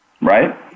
right